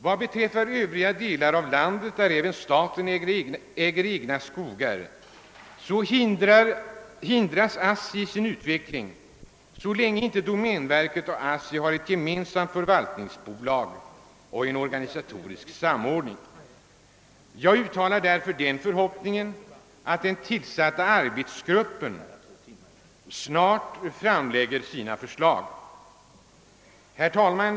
Vad beträffar övriga delar av landet, där staten har egna skogar, hindras ASSI i sin utveckling så länge inte domänverket och ASSI har ett gemensamt förvaltningsbolag och en organisatorisk samordning. Jag uttalar därför den förhoppningen att den tillsatta arbetsgruppen snart framlägger sina förslag. Herr talman!